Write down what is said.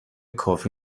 کافی